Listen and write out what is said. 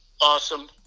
awesome